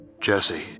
Jesse